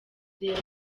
reba